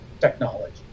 technology